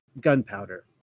gunpowder